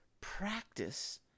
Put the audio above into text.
practice